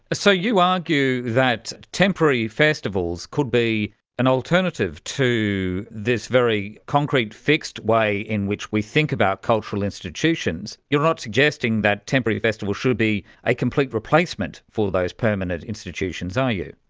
so you argue that temporary festivals could be an alternative to this very concrete fixed way in which we think about cultural institutions. you're not suggesting that temporary festivals should be a complete replacement for those permanent institutions, are you?